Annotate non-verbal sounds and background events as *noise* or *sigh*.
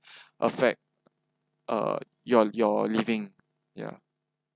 *breath* effect uh your your living ya